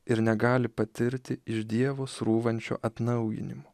ir negali patirti iš dievo srūvančio atnaujinimo